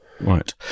right